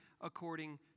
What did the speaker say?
according